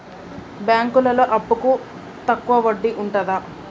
బ్యాంకులలో అప్పుకు తక్కువ వడ్డీ ఉంటదా?